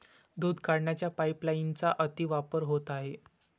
दूध काढण्याच्या पाइपलाइनचा अतिवापर होत आहे